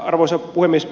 arvoisa puhemies